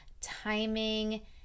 timing